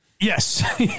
Yes